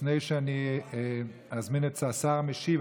לפני שאני אזמין את השר המשיב,